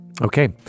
Okay